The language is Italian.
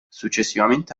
successivamente